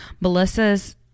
Melissa's